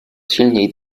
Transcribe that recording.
silniej